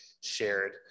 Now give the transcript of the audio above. shared